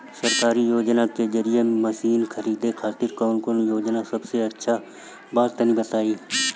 सरकारी योजना के जरिए मशीन खरीदे खातिर कौन योजना सबसे अच्छा बा तनि बताई?